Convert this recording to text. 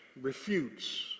refutes